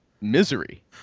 misery